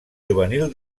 juvenil